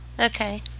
Okay